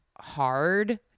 hard